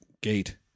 gate